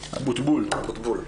אבוטבול.